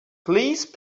please